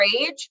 rage